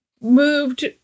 moved